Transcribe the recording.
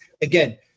again